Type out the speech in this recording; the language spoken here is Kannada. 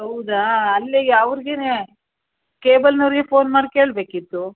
ಹೌದಾ ಅಲ್ಲಿಗೆ ಅವ್ರ್ಗೆ ಕೇಬಲ್ನವರಿಗೇ ಪೋನ್ ಮಾಡಿ ಕೇಳಬೇಕಿತ್ತು